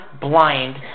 blind